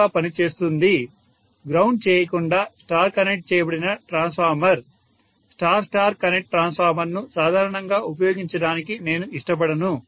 కాబట్టి మూడవ harmonic current కోసం నేను కొంత మార్గాన్ని అందించకపోతే న్యూట్రల్ గ్రౌండ్ చేయకుండా స్టార్ కనెక్ట్ చేయబడిన ట్రాన్స్ఫార్మర్ స్టార్ స్టార్ కనెక్ట్ ట్రాన్స్ఫార్మర్ను సాధారణంగా ఉపయోగించడానికి నేను ఇష్టపడను